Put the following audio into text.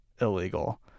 Illegal